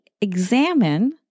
examine